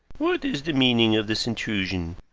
what is the meaning of this intrusion?